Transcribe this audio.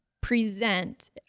present